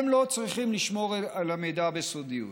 הם לא צריכים לשמור על המידע בסודיות.